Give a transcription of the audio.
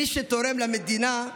מי שתורם למדינה,